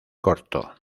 corto